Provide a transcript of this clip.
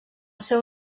seu